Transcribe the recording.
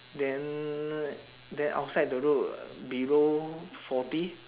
then then outside the road below forty